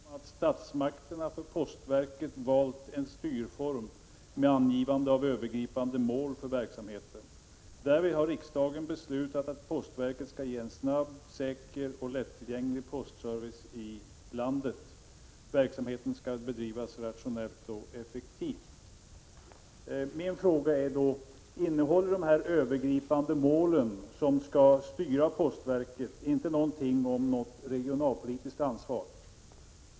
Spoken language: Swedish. Herr talman! Jag skulle vilja ställa ett par frågor med anledning av motionerna T920 och T938, som handlar om ett par lokaliseringsfrågor inom postens område. Utskottet säger att det med anledning av motionerna vill konstatera ”att statsmakterna för postverket valt en styrform med angivande av övergripande mål för verksamheten. Därvid har riksdagen beslutat att postverket skall ge en snabb, säker och lättillgänglig postservice i hela landet. Verksamheten skall bedrivas rationellt och effektivt.” Min fråga är då: Innehåller de övergripande målen, som skall styra postverket, inte någonting om något regionalpolitiskt ansvar?